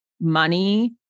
money